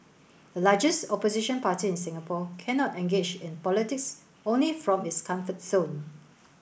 the largest opposition party in Singapore cannot engage in politics only from its comfort zone